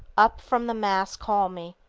up from the mass call me,